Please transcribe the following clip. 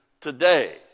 today